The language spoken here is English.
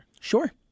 Sure